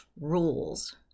rules